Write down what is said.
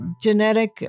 genetic